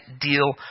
deal